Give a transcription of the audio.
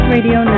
Radio